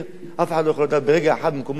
אף אחד לא יכול לדעת ברגע אחד במקומות כאלה